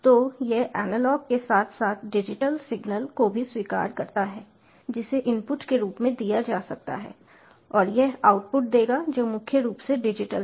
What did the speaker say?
तो यह एनालॉग के साथ साथ डिजिटल सिग्नल को भी स्वीकार करता है जिसे इनपुट के रूप में दिया जा सकता है और यह आउटपुट देगा जो मुख्य रूप से डिजिटल हैं